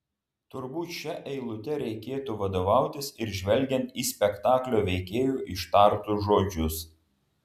turbūt šia eilute reikėtų vadovautis ir žvelgiant į spektaklio veikėjų ištartus žodžius